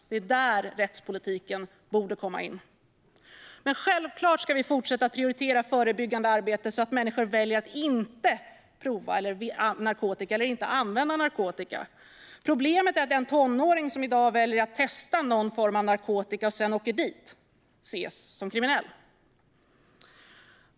Det är där rättspolitiken borde komma in. Självklart ska vi fortsätta att prioritera förebyggande arbete så att människor väljer att inte prova eller använda narkotika. Problemet är att den tonåring som i dag väljer att testa någon form av narkotika och sedan åker dit ses som kriminell.